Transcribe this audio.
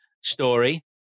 story